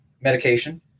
medication